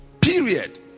Period